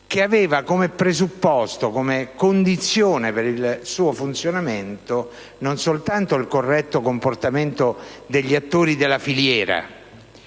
che aveva come presupposto e come condizione per il suo funzionamento non soltanto il corretto comportamento degli attori della filiera,